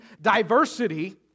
diversity